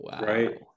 Right